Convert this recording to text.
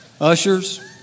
Ushers